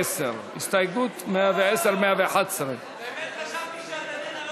הסתייגויות 110 111. באמת חשבתי שאת איננה,